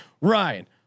Ryan